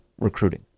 recruiting